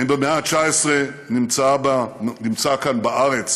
האם במאה ה-19 נמצאה כאן בארץ